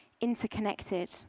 interconnected